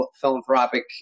philanthropic